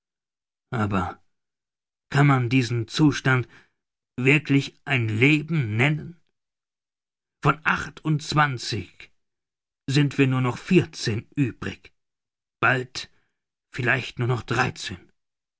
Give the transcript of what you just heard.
aber kann man diesen zustand wirklich ein leben nennen von achtundzwanzig sind wir nur noch vierzehn übrig bald vielleicht nur noch dreizehn